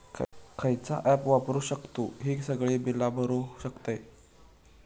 खयचा ऍप वापरू शकतू ही सगळी बीला भरु शकतय?